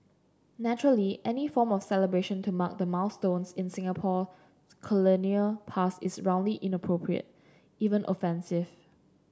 naturally any form of celebration to mark the milestones in Singapore colonial past is roundly inappropriate even offensive